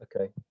Okay